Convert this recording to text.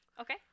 Okay